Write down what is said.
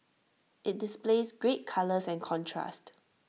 IT displays great colours and contrast